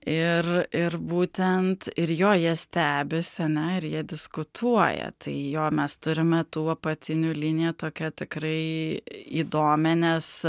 ir ir būtent ir jo jie stebisi ane ir jie diskutuoja tai jo mes turime tų apatinių liniją tokia tikrai įdomią nes